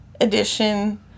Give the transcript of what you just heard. edition